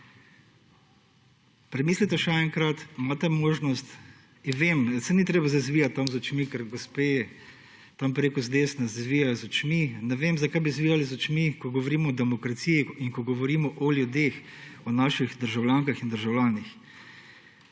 Premislite še enkrat, imate možnost. Saj ni treba zdaj zavijati z očmi, ker gospe tam preko z desne zavijajo z očmi. Ne vem, zakaj bi zavijali z očmi, ko govorimo o demokraciji in ko govorimo o ljudeh, o naših državljankah in državljanih.